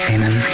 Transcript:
Amen